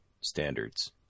standards